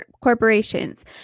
corporations